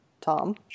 Tom